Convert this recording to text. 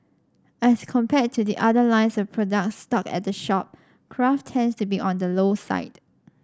as compared to the other lines of products stocked at the shop craft tends to be on the low side